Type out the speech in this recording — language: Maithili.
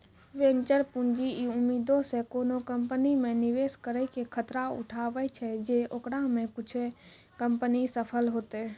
वेंचर पूंजी इ उम्मीदो से कोनो कंपनी मे निवेश करै के खतरा उठाबै छै जे ओकरा मे कुछे कंपनी सफल होतै